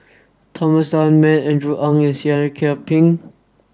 Thomas Dunman Andrew Ang and Seah Kian Peng